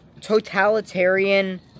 totalitarian